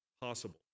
possible